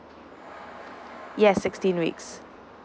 yes sixteen weeks